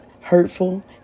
hurtful